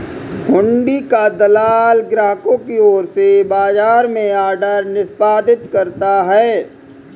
हुंडी का दलाल ग्राहकों की ओर से बाजार में ऑर्डर निष्पादित करता है